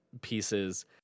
pieces